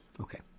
Okay